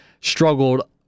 struggled